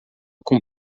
com